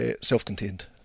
self-contained